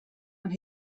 and